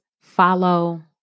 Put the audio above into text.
follow